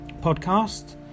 podcast